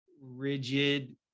rigid